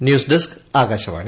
news desk Akashvani